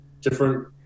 different